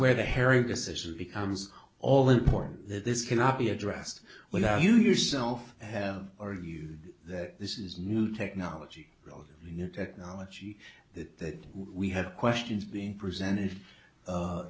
where the hairy decision becomes all important that this cannot be addressed without you yourself have our view that this is new technology relatively new technology that we have questions being presented